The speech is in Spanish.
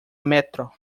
metro